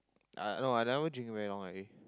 uh no I never gym very long already